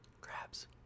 Crabs